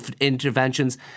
interventions